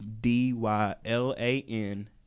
D-Y-L-A-N